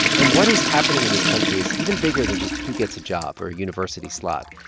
and what is happening in this country is even bigger than just who gets a job or a university slot.